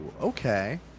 Okay